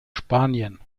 spanien